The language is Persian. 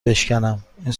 بشکنم، این